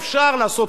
או לעשות אחרת.